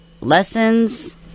lessons